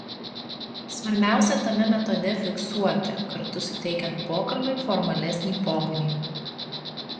svarbiausia tame metode fiksuoti kartu suteikiant pokalbiui formalesnį pobūdį